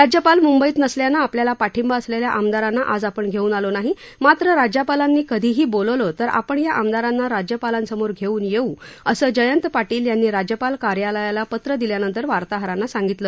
राज्यपाल मुंबईत नसल्यानं आपल्याला पाठिंबा असलेल्या आमदारांना आज आपण घेऊन आलो नाही मात्र राज्यपालांनी कधीही बोलावलं तर आपण या आमदारांना राज्यपालांसमोर घेऊन येऊ असं जयंत पाटील यांनी राज्यपाल कार्यालयाला पत्र दिल्यानंतर वार्ताहरांना सांगितलं